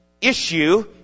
issue